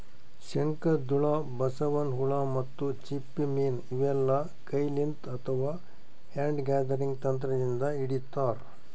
ಶಂಕದ್ಹುಳ, ಬಸವನ್ ಹುಳ ಮತ್ತ್ ಚಿಪ್ಪ ಮೀನ್ ಇವೆಲ್ಲಾ ಕೈಲಿಂತ್ ಅಥವಾ ಹ್ಯಾಂಡ್ ಗ್ಯಾದರಿಂಗ್ ತಂತ್ರದಿಂದ್ ಹಿಡಿತಾರ್